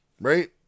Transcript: right